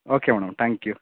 okay madam thank you